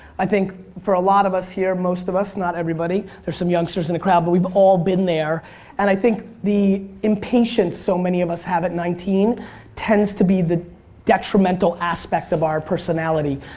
i think for a lot of us here most of us, not everybody, there's some youngsters in the crowd, but we've all been there and i think the impatience so many of us have at nineteen tends to be the detrimental aspect of our personality.